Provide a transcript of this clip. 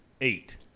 Eight